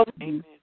Amen